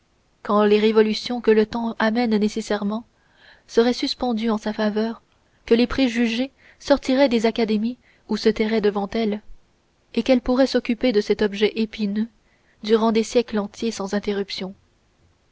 quand les révolutions que le temps amène nécessairement seraient suspendues en sa faveur que les préjugés sortiraient des académies ou se tairaient devant elles et qu'elles pourraient s'occuper de cet objet épineux durant des siècles entiers sans interruption